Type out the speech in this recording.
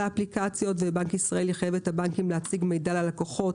האפליקציות ובנק ישראל חייב את הבנקים להציג מידע ללקוחות,